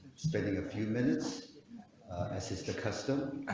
spending a few minutes as is the custom.